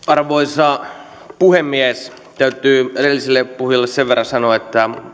arvoisa puhemies täytyy edelliselle puhujalle sen verran sanoa että